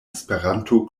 esperanto